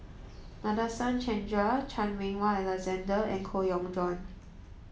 Nadasen Chandra Chan Meng Wah Alexander and Koh Yong Guan